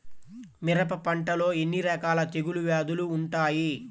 మిరప పంటలో ఎన్ని రకాల తెగులు వ్యాధులు వుంటాయి?